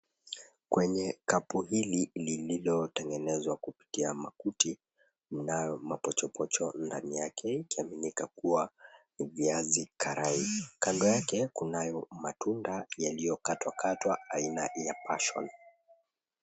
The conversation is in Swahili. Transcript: Kwenye kapu hili lililotengenezwa kupitia makuti. Mnayo mapochopocho ndani yake, ikiaminika kuwa ni viazi karai. Kando yake, kunayo matunda yaliyokatwakatwa aina ya passion .